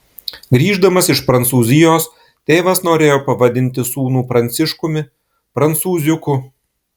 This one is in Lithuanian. grįždamas iš prancūzijos tėvas norėjo pavadinti sūnų pranciškumi prancūziuku